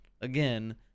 again